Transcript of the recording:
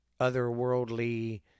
otherworldly